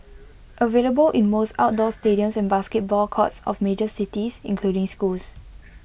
available in most outdoor stadiums and basketball courts of major cities including schools